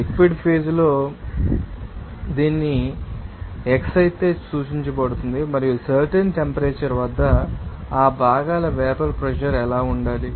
liquid phase లో ఇది xi చే సూచించబడుతుంది మరియు సర్టెన్ టెంపరేచర్ వద్ద ఆ భాగాల వేపర్ ప్రెషర్ ఎలా ఉండాలి